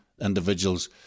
individuals